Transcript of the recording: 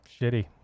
Shitty